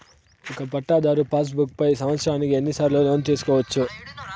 ఒక పట్టాధారు passbook పై సంవత్సరానికి ఎన్ని సార్లు లోను తీసుకోవచ్చు?